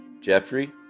Jeffrey